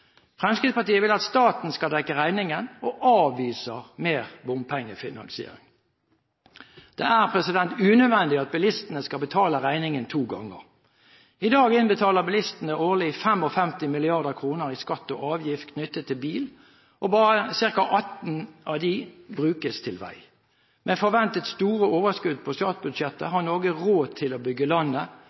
Fremskrittspartiet vil at staten skal dekke regningen og avviser mer bompengefinansiering. Det er unødvendig at bilistene skal betale regningen to ganger. I dag innbetaler bilistene årlig 55 mrd. kr i skatt og avgifter knyttet til bil, og bare ca. 18 mrd. kr av den summen brukes til vei. Med store forventede overskudd på statsbudsjettet har Norge råd til å bygge landet